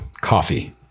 Coffee